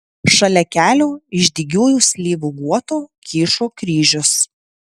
šalia kelio iš dygiųjų slyvų guoto kyšo kryžius